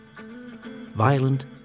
Violent